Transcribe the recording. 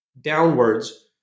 downwards